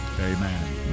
Amen